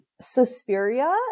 Suspiria